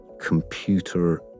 computer